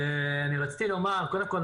אני רציתי לומר קודם כל,